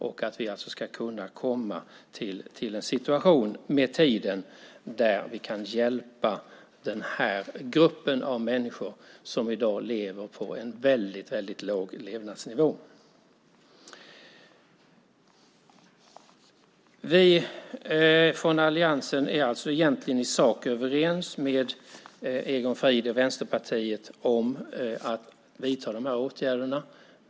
Vi ska alltså kunna komma till en situation med tiden där vi kan hjälpa den här gruppen av människor som i dag lever på en väldigt låg levnadsnivå. Vi från alliansen är alltså egentligen i sak överens med Egon Frid i Vänsterpartiet om att vidta de här åtgärderna.